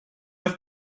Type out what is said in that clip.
have